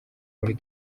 muri